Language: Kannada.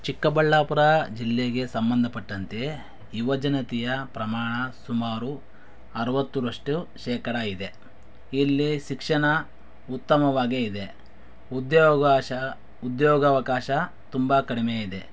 ಚಿಕ್ಕ ಬಳ್ಳಾಪುರ ಜಿಲ್ಲೆಗೆ ಸಂಬಂಧಪಟ್ಟಂತೆ ಯುವ ಜನತೆಯ ಪ್ರಮಾಣ ಸುಮಾರು ಅರವತ್ತರಷ್ಟು ಶೇಕಡ ಇದೆ ಇಲ್ಲಿ ಶಿಕ್ಷಣ ಉತ್ತಮವಾಗೇ ಇದೆ ಉದ್ಯೋಗಾಶ ಉದ್ಯೋಗಾವಕಾಶ ತುಂಬ ಕಡಿಮೆ ಇದೆ